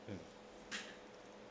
mm